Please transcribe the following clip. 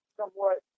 somewhat